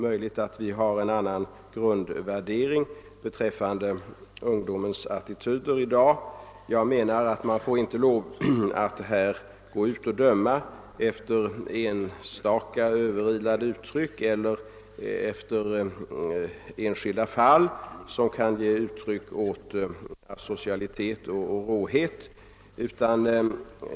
Det är möjligt att vi har olika grundvärderingar beträffande ungdomens attityder i dag. Jag anser att vi inte får döma efter enstaka överilade uttryck och enskilda fall, som kan tyda på asocialitet och råhet.